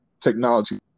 technology